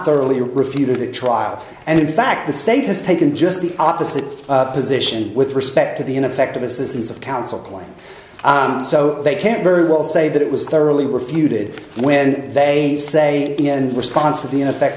thoroughly refuted the trial and in fact the state has taken just the opposite position with respect to the ineffective assistance of counsel claim so they can't very well say that it was thoroughly refuted when they say the end response of the ineffect